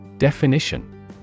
Definition